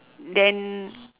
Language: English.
then